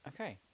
Okay